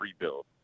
rebuild